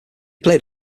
played